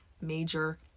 major